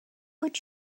would